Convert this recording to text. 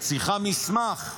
צריכה מסמך.